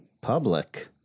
public